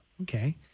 okay